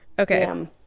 okay